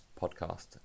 podcast